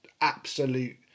absolute